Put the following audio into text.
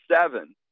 seven